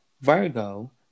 Virgo